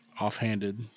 offhanded